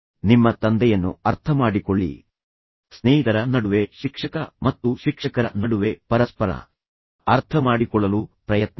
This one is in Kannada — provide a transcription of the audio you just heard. ನಿಮ್ಮ ತಂದೆಯನ್ನು ಅರ್ಥಮಾಡಿಕೊಳ್ಳಿ ಸ್ನೇಹಿತರ ನಡುವೆ ಶಿಕ್ಷಕ ಮತ್ತು ಶಿಕ್ಷಕರ ನಡುವೆ ಪರಸ್ಪರ ಅರ್ಥಮಾಡಿಕೊಳ್ಳಲು ಪ್ರಯತ್ನಿಸಿ